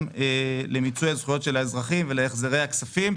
למיצוי הזכויות של האזרחים ולהחזרי הכספים,